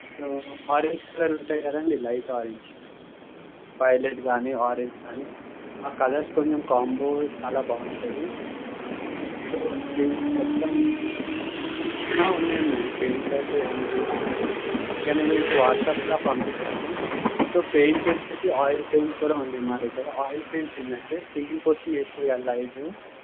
so orange colour ఉంటాయి కదండీ light orange violet గాని ఆరెంజ్ గానీ ఆ కలర్స్ కొంచెం కాంబో చాలా బాగుంటది సో మీరు ఇది మొత్తం ఉన్నాయి మ్యాడమ్ పెయింట్స్ అయితే అవైలబుల్గున్నాయ్ ఇక నేను మీకు వాట్సప్ కూడా పంపిస్తాను సో పెయింట్ వచ్చేసి ఆయిల్ పెయింట్ కూడా ఉంది మా దగ్గర ఆయిల్ పెయింట్ ఏందంటే సింగిల్ కోటింగ్ ఏస్తారు కదా లైటు